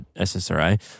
SSRI